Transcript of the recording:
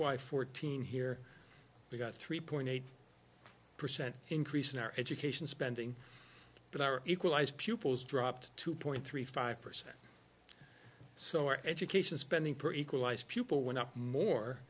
f y fourteen here we got three point eight percent increase in our education spending but our equalised pupils dropped two point three five percent so our education spending per equalize people went up more